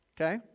Okay